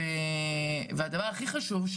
והדבר הכי חשוב,